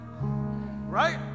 right